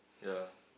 ya